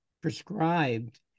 prescribed